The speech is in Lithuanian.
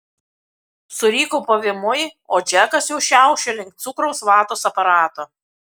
suriko pavymui o džekas jau šiaušė link cukraus vatos aparato